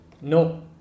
no